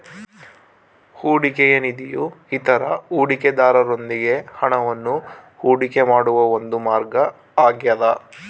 ಹೂಡಿಕೆಯ ನಿಧಿಯು ಇತರ ಹೂಡಿಕೆದಾರರೊಂದಿಗೆ ಹಣವನ್ನು ಹೂಡಿಕೆ ಮಾಡುವ ಒಂದು ಮಾರ್ಗ ಆಗ್ಯದ